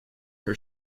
her